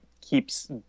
keeps